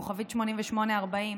8840*,